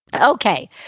Okay